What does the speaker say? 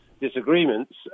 disagreements